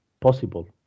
possible